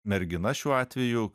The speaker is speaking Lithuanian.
mergina šiuo atveju